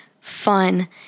fun